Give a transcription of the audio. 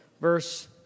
verse